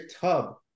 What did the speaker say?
tub